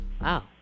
Wow